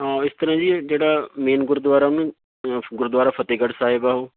ਹਾਂ ਇਸ ਤਰ੍ਹਾਂ ਜੀ ਜਿਹੜਾ ਮੇਨ ਗੁਰਦੁਆਰਾ ਗੁਰਦੁਆਰਾ ਫਤਿਹਗੜ੍ਹ ਸਾਹਿਬ ਆ ਉਹ